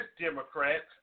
Democrats